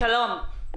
שלום.